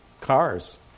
cars